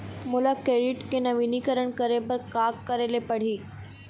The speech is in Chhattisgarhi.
मोला क्रेडिट के नवीनीकरण करे बर का करे ले पड़ही?